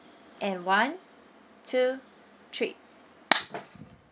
and one two three